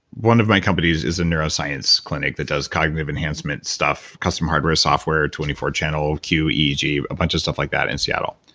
one of my companies is a neuroscience clinic that does cognitive enhancement stuff, custom hardware, software, twenty four channel qeg, a bunch of stuff like that, in seattle.